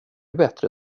bättre